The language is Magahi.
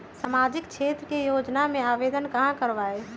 सामाजिक क्षेत्र के योजना में आवेदन कहाँ करवे?